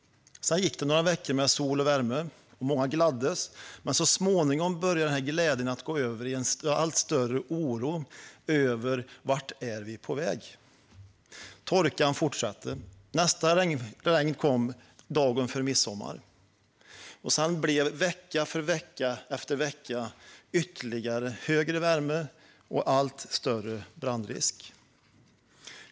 Sedan gick det några veckor med sol och värme, och många gladdes. Men så småningom började glädjen att gå över i en allt större oro över vart vi var på väg. Torkan fortsatte. Nästa regn kom dagen före midsommar. Sedan kom vecka efter vecka med högre värme och allt större brandrisk.